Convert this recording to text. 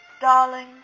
darling